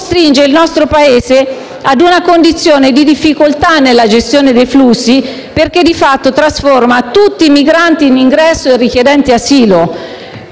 costringe il nostro Paese a una condizione di difficoltà nella gestione dei flussi perché, di fatto, trasforma tutti i migranti in ingresso in richiedenti asilo,